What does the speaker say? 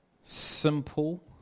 simple